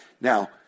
Now